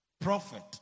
prophet